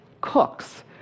cooks